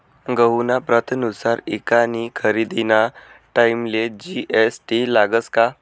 गहूना प्रतनुसार ईकानी खरेदीना टाईमले जी.एस.टी लागस का?